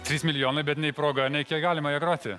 trys milijonai bet nei proga nei kiek galima ją groti